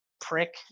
prick